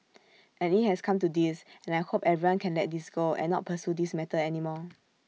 and IT has come to this and I hope everyone can let this go and not pursue this matter anymore